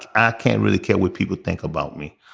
i can't really care what people think about me.